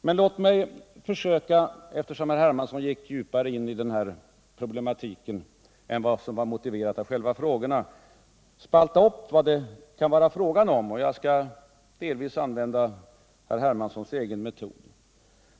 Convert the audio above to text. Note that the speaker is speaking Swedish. Men eftersom herr Hermansson gick djupare in i problematiken än vad som var motiverat av själva frågorna, så låt mig spalta upp vad det kan vara fråga om. Jag skall därvid delvis använda herr Hermanssons egen metod.